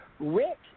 Rick